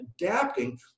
adapting